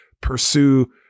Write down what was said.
pursue